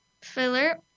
filler